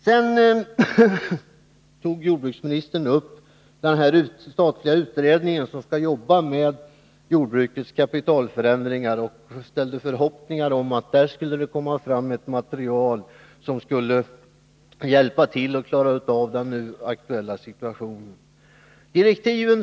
Sedan tog jordbruksministern upp den statliga utredning som skall arbeta Nr 80 med jordbrukets kapitalförändringar. Han sade sig hoppas att det skulle Måndagen den komma fram ett material, som skulle kunna hjälpa oss att klara av den 16 februari 1981 aktuella situationen.